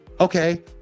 okay